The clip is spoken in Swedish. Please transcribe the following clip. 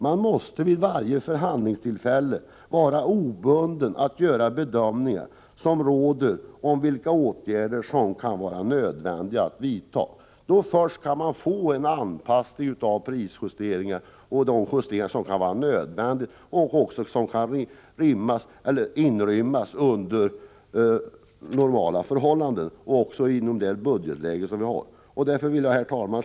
Man måste vid varje förhandlingstillfälle vara obunden i fråga om att göra bedömningar av vilka åtgärder som kan vara nödvändiga att vidta. Då först kan man få en anpassning av de prisjusteringar och de justeringar i övrigt som kan vara nödvändiga och som kan inrymmas under normala förhållanden och inom det budgetläge som råder. Herr talman!